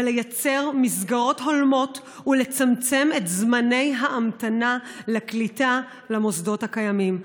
לייצר מסגרות הולמות ולצמצם את זמני ההמתנה לקליטה במוסדות הקיימים.